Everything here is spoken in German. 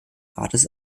rates